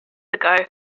ago